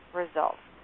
results